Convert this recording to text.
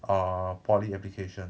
err poly application